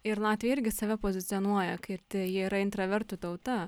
ir latvija irgi save pozicionuoja kad ji yra intravertų tauta